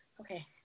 okay